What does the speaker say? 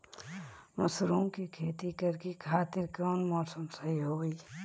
Mushroom के खेती करेके खातिर कवन मौसम सही होई?